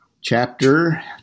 chapter